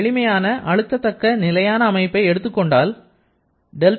ஒரு எளிமையான அழுத்த தக்க நிலையான அமைப்பை எடுத்துக்கொண்டால் δw Pdv